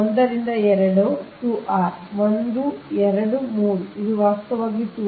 ಆದ್ದರಿಂದ ಇದು ಇಲ್ಲಿಗೆ 1 ರಿಂದ 2 ಆಗಿದೆ 2r ಇದು 1 ಇದು 2 ಇದು 3 ಇದು ವಾಸ್ತವವಾಗಿ 2r